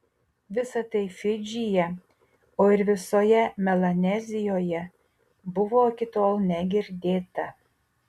visa tai fidžyje o ir visoje melanezijoje buvo iki tol negirdėta